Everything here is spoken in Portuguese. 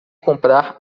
comprar